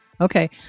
Okay